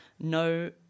No